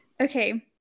Okay